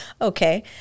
Okay